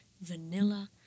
vanilla